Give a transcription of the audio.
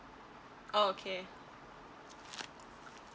okay